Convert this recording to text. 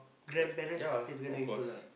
yea of course